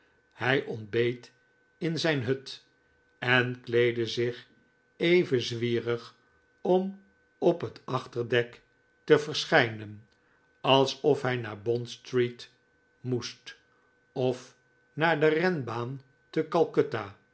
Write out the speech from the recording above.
hij ontbeet in zijn hut en kleedde zich even zwierig om op het achterdek te verschijnen alsof hij naar bond street moest of naar de renbaan te